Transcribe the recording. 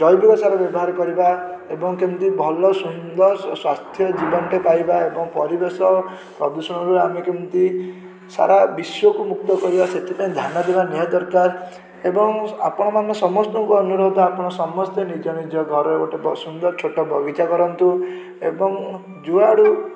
ଜୈବିକସାର ବ୍ୟବହାର କରିବା ଏବଂ କେମତି ଭଲ ସୁନ୍ଦର ସ୍ୱାସ୍ଥ୍ୟ ଜୀବନଟେ ପାଇବା ଏବଂ ପରିବେଶ ପ୍ରଦୂଷଣରୁ ଆମେ କେମିତି ସାରା ବିଶ୍ୱକୁ ମୁକ୍ତ କରିବା ସେଥିପାଇଁ ଧ୍ୟାନ ଦେବା ନିହାତି ଦରକାର ଏବଂ ଆପଣମାନ ସମସ୍ତଙ୍କୁ ଅନୁରୋଧ ଆପଣ ସମସ୍ତେ ନିଜ ନିଜ ଘରେ ଗୋଟେ ବ ସୁନ୍ଦର ଛୋଟ ବଗିଚା କରନ୍ତୁ ଏବଂ ଯୁଆଡ଼ୁ